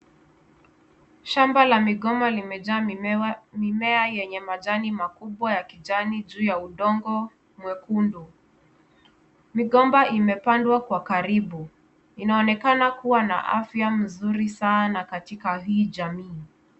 Shamba la migomba limejaa mimea yenye majani makubwa ya kijani juu ya udongo mwekundu. Migomba imepandwa kwa karibu, inaonekana kuwa na afya mzuri sana katika hii jamii.